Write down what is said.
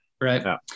right